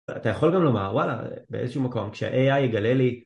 אתה יכול גם לומר, וואלה, באיזשהו מקום, כשה-AI יגלה לי...